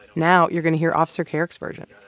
now you're going to hear officer kerrick's version.